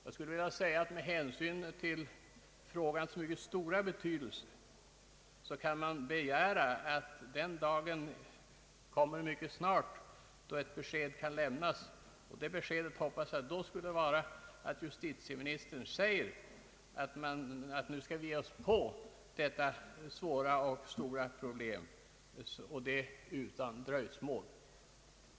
Jag skulle vilja säga att man med hänsyn till frågans mycket stora betydelse skulle kunna begära att dagen då ett besked kan lämnas kommer mycket snart. Det beskedet hoppas jag skall innebära att statsrådet Geijer förklarar att man skall ge sig på detta svåra och stora problem utan dröjsmål.